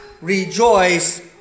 rejoice